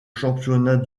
championnats